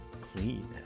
clean